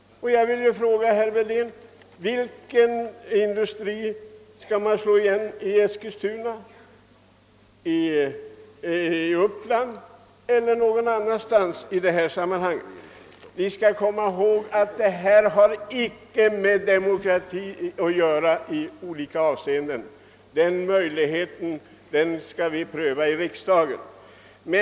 Jag vill fråga herr Wedén om vilken industri man skall slå igen i Eskilstuna, i Uppland eller någon annanstans? Vi skall komma ihåg att detta inte har någonting med demokrati att göra. Möjligheterna att förhindra nedsmutsning skall vi pröva i riksdagen.